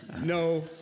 no